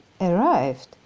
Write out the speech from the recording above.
arrived